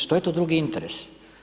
Što je to drugi interes?